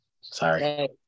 sorry